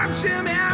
um jimmy